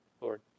Lord